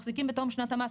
מחזיקים בתום שנת המס,